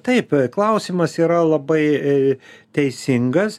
taip klausimas yra labai teisingas